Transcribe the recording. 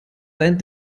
dein